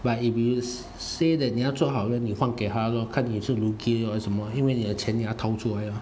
but if you say that 你要做好人你换给他咯看你是 lugi 还是什么因为你的钱你要掏出来吗